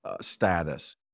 status